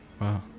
Wow